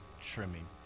trimming